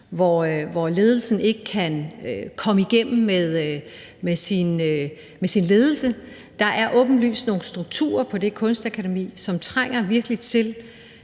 hvor ledelsen ikke kan komme igennem med sin ledelse. Der er åbenlyst nogle strukturer på Kunstakademiet, som trænger til